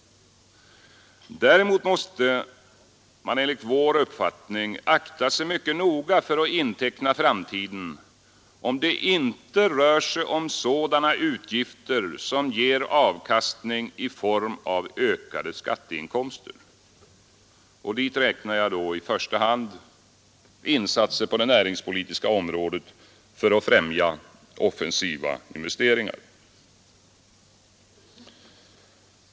Däremot måste man enligt vår uppfattning akta sig mycket noga för att inteckna framtiden, om det inte rör sig om sådana utgifter som ger avkastning i form av ökade skatteinkomster. Dit räknar jag i första hand insatser på det näringspolitiska området för att främja offensiva investeringar.